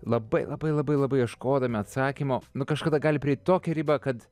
labai labai labai labai ieškodami atsakymo nu kažkada gali prieiti tokią ribą kad